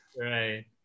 Right